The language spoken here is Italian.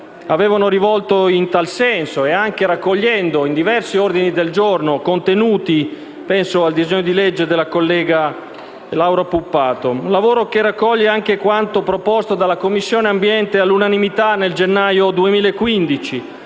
avevano rivolto in tal senso e anche raccogliendo in ordini del giorno diversi contenuti (penso al disegno di legge della collega Laura Puppato). È un lavoro che raccoglie anche quanto proposto dalla Commissione ambiente, all'unanimità, nel gennaio 2015,